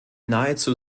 nahezu